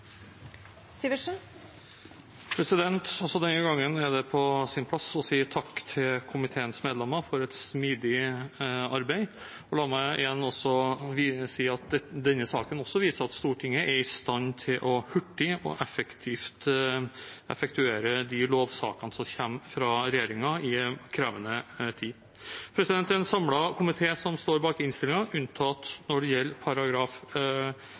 kl. 16. Også denne gangen er det på sin plass å si takk til komiteens medlemmer for et smidig arbeid. La meg igjen også si at denne saken også viser at Stortinget er i stand til hurtig og effektivt å effektuere de lovsakene som kommer fra regjeringen i en krevende tid. Det er en samlet komité som står bak innstillingen, unntatt når det gjelder